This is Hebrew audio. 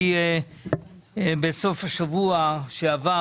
בסוף השבוע שעבר